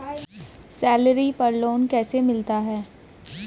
Salary पर loan कैसे मिलता है?